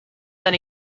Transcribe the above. then